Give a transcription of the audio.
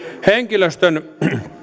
henkilöstön